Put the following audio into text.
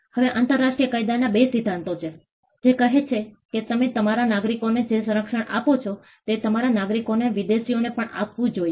હવે આંતરરાષ્ટ્રીય કાયદાના આ બે સિદ્ધાંતો છે જે કહે છે કે તમે તમારા નાગરિકોને જે સંરક્ષણ આપો છો તે તમારા નાગરિકોને વિદેશીઓને પણ આપવું જોઈએ